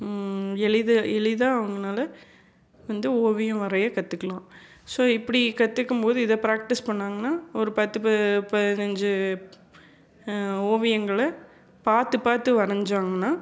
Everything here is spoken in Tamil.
எளிது எளிதாக அவங்கனால வந்து ஓவியம் வரைய கற்றுக்குலாம் ஸோ இப்படி கற்றுக்கும் போது இதை ப்ராக்டிஸ் பண்ணுணாங்கனா ஒரு பத்து ப பதினைஞ்சி ஓவியங்களை பார்த்து பார்த்து வரைஞ்சாங்கனா